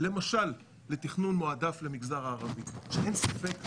למשל לתכנון מועדף למגזר הערבי שאין ספק,